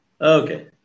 Okay